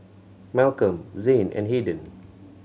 Malcom Zayne and Hayden